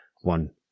one